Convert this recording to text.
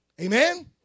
Amen